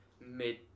mid